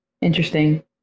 Interesting